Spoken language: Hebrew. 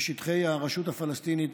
בשטחי הרשות הפלסטינית